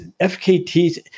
fkts